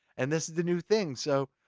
and this is the new thing. so,